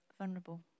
vulnerable